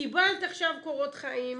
קיבלת עכשיו קורות חיים,